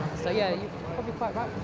so, yeah, you're probably quite right